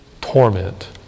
torment